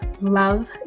love